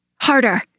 Harder